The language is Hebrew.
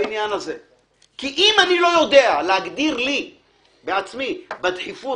כי אם אני לא יודע להגדיר לי בעצמי בדחיפות